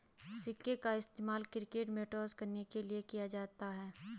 सिक्के का इस्तेमाल क्रिकेट में टॉस करने के लिए किया जाता हैं